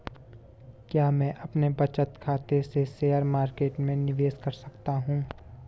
क्या मैं अपने बचत खाते से शेयर मार्केट में निवेश कर सकता हूँ?